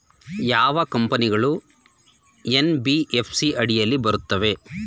ಯಾವ ಕಂಪನಿಗಳು ಎನ್.ಬಿ.ಎಫ್.ಸಿ ಅಡಿಯಲ್ಲಿ ಬರುತ್ತವೆ?